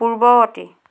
পূৰ্বৱৰ্তী